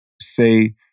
say